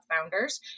founders